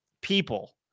people